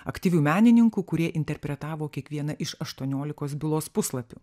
aktyvių menininkų kurie interpretavo kiekvieną iš aštuoniolikos bylos puslapių